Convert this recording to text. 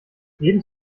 jeden